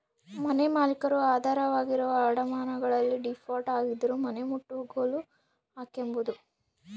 ಮನೆಮಾಲೀಕರು ಆಧಾರವಾಗಿರುವ ಅಡಮಾನಗಳಲ್ಲಿ ಡೀಫಾಲ್ಟ್ ಆಗಿದ್ದರೂ ಮನೆನಮುಟ್ಟುಗೋಲು ಹಾಕ್ಕೆಂಬೋದು